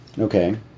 Okay